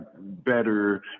better